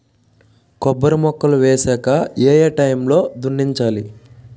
కొబ్బరి మొక్కలు వేసాక ఏ ఏ టైమ్ లో దున్నించాలి?